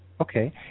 okay